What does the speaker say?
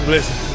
Listen